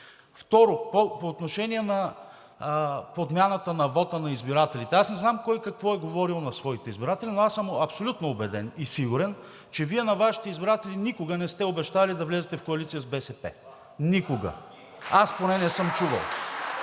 Второ, по отношение на подмяната на вота на избирателите. Аз не знам кой какво е говорил на своите избиратели, но аз съм абсолютно убеден и сигурен, че Вие на Вашите избиратели никога не сте обещавали да влизате в коалиция с БСП. Никога! Аз поне не съм чувал.